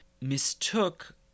mistook